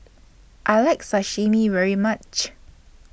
I like Sashimi very much